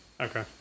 Okay